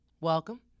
welcome